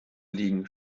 liegen